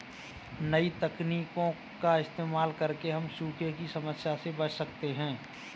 नई तकनीकों का इस्तेमाल करके हम सूखे की समस्या से बच सकते है